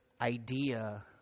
idea